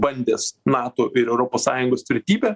bandęs nato ir europos sąjungos tvirtybę